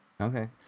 Okay